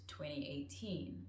2018